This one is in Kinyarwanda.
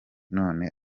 none